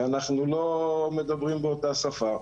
ואנחנו לא מדברים באותה שפה.